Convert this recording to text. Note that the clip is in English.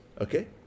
okay